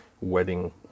Wedding